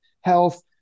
health